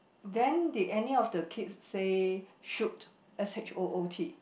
then did any of the kid say shoot S H O O T